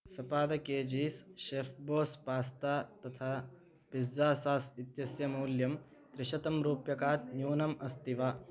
सपाद kgs शेफ़्बोस् pasta तथा pizza sauce इत्यस्य मूल्यं त्रिशतं रूप्यकात् न्यूनम् अस्ति वा